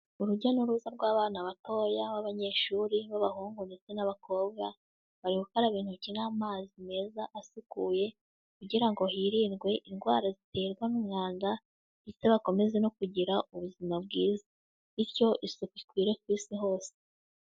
Urujya n'uruza rw'abana batoya b'abanyeshuri b'abahungu ndetse n'abakobwa, bari gukaraba intoki n'amazi meza asukuye kugira ngo hirindwe indwara ziterwa n'umwanda ndetse bakomeze no kugira ubuzima bwiza, bityo isuku ikwire ku isi hose.